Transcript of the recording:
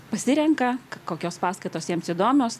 pasirenka kokios paskaitos jiems įdomios